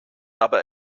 aber